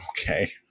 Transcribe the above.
Okay